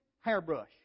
hairbrush